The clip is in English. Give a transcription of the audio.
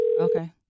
okay